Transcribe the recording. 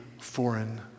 foreign